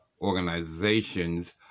organization's